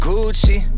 Gucci